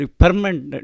permanent